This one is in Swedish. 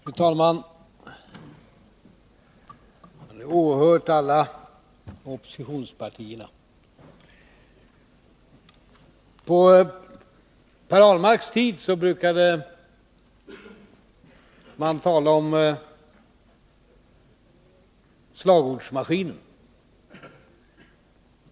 Fru talman! Jag har åhört alla inläggen från oppositionspartierna. På Per Ahlmarks tid brukade man tala om ”slagordsmaskinen”.